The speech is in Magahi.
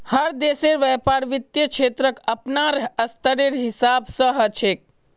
हर देशेर व्यापार वित्त क्षेत्रक अपनार स्तरेर हिसाब स ह छेक